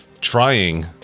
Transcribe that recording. trying